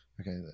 Okay